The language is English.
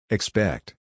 Expect